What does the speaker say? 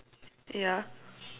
ya